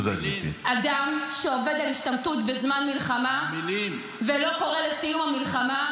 אדם שעובד על השתמטות בזמן מלחמה ולא קורא לסיום המלחמה,